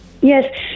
Yes